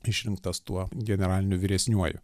išrinktas tuo generaliniu vyresniuoju